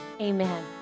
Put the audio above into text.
amen